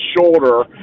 shoulder